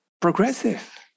progressive